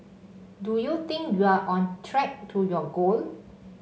do you think you're on track to your goal